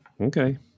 okay